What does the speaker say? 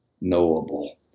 knowable